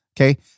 Okay